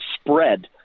spread